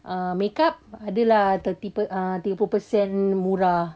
uh makeup ada lah tiga puluh percent murah